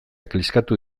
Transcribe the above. kliskatu